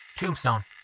Tombstone